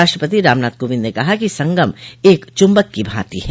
राष्ट्रपति रामनाथ कोविंद ने कहा कि संगम एक चूंबक की भांति हैं